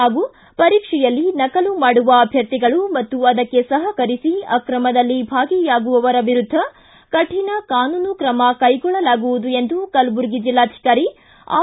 ಹಾಗೂ ಪರೀಕ್ಷೆಯಲ್ಲಿ ನಕಲು ಮಾಡುವ ಅಭ್ಯರ್ಥಿಗಳು ಮತ್ತು ಅದಕ್ಕೆ ಸಹಕರಿಸಿ ಆಕ್ರಮದಲ್ಲಿ ಭಾಗಿಯಾಗುವವರ ವಿರುದ್ದ ಕಠಿಣ ಕಾನೂನು ಕ್ರಮ ಕೈಗೊಳ್ಳಲಾಗುವುದು ಎಂದು ಕಲಬುರಗಿ ಜಿಲ್ಲಾಧಿಕಾರಿ ಆರ್